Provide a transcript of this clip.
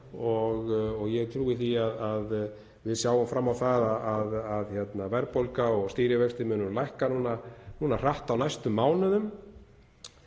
og ég trúi því að við sjáum fram á það að verðbólga og stýrivextir muni lækka hratt á næstu mánuðum.